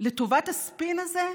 לטובת הספין הזה?